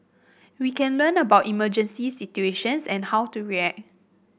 we can learn about emergency situations and how to react